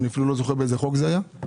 אני אפילו לא זוכר באיזה חוק זה היה.